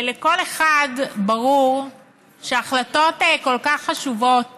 לכל אחד ברור שההחלטות כל כך חשובות